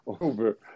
over